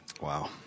Wow